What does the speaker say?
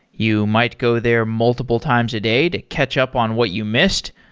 you might go there multiple times a day to catch up on what you missed.